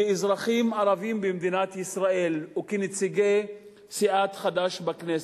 כאזרחים ערבים במדינת ישראל וכנציגי סיעת חד"ש בכנסת,